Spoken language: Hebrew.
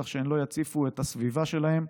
כך שהן לא יציפו את הסביבה שלהן.